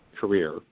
career